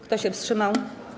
Kto się wstrzymał?